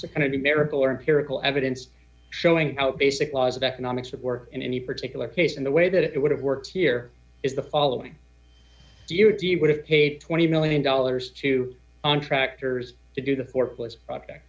so kind of the miracle or evidence showing how basic laws of economics would work in any particular case and the way that it would have worked here is the following do you or do you would have paid twenty million dollars to contractors to do the for police project